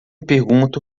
pergunto